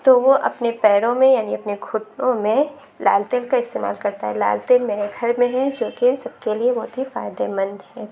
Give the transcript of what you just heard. تو وہ اپنے پیروں میں یعنی اپنے گھٹنوں میں لال تیل کا استعمال کرتا ہے لال تیل میرے گھر میں ہے جو کہ سب کے لیے بہت ہی فائدہ مند ہے